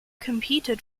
competed